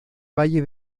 valle